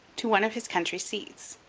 to one of his country seats,